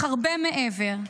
אך הרבה מעבר,